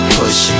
push